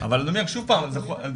אבל שוב פעם,